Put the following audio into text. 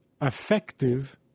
effective